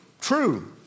True